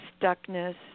stuckness